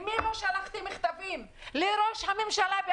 שלחתי מכתבים לכולם, גם לראש הממשלה.